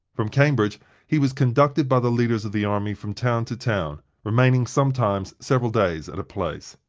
from cambridge he was conducted by the leaders of the army from town to town, remaining sometimes several days at a place.